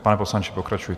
Pane poslanče, pokračujte.